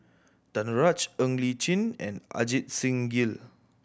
Danaraj Ng Li Chin and Ajit Singh Gill